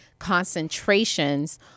concentrations